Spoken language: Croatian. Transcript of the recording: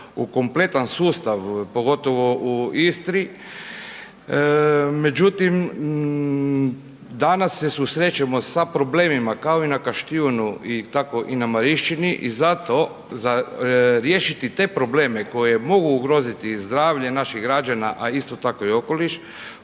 u kompletan sustav, pogotovo u Istri, međutim danas se susrećemo sa problemima kao i na Kaštjunu i tako i na Marišćini i zato za riješiti te probleme koji mogu ugroziti zdravlje naših građana, a isto tako i okoliš,